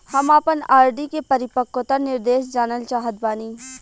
हम आपन आर.डी के परिपक्वता निर्देश जानल चाहत बानी